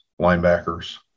linebackers